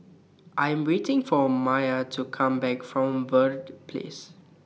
I'm waiting For Mya to Come Back from Verde Place